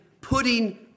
putting